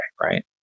right